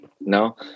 No